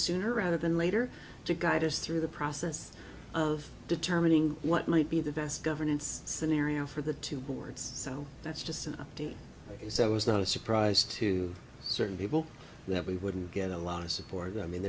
sooner rather than later to guide us through the process of determining what might be the best governance scenario for the two boards so that's just an update so it was not a surprise to certain people that we wouldn't get a lot of support i mean